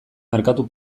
merkatu